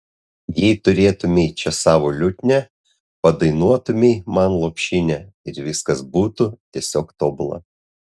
jei turėtumei čia savo liutnią padainuotumei man lopšinę ir viskas būtų tiesiog tobula